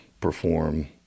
perform